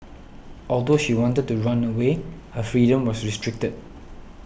although she wanted to run away her freedom was restricted